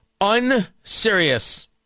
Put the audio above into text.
Unserious